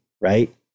right